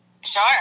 Sure